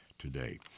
Today